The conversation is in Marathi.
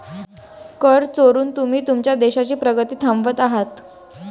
कर चोरून तुम्ही तुमच्या देशाची प्रगती थांबवत आहात